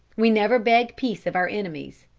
we never beg peace of our enemies.